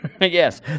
Yes